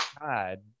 God